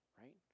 right